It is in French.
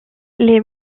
les